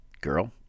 girl